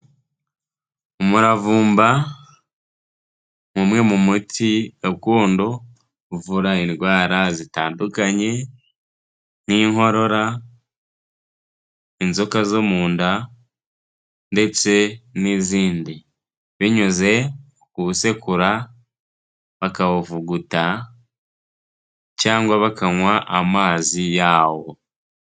Umuravumba ni umwe mu muti gakondo, uvura indwara zitandukanye nk'inkorora, inzoka zo mu nda ndetse n'izindi, binyuze mu kuwusekura, bakawuvuguta cyangwa bakanywa amazi yawo.